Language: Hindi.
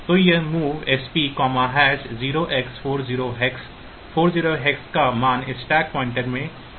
तो यहां MOV SP0x40hex 40 hex का मान स्टैक पॉइंटर में डाल दिया जाएगा